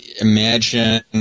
imagine